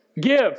Give